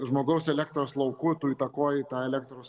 žmogaus elektros lauku tu įtakoji tą elektros